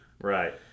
Right